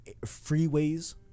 freeways